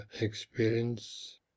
experience